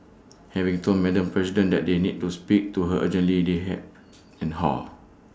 having told Madam president that they need to speak to her urgently they hem and haw